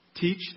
Teach